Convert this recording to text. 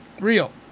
real